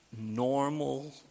normal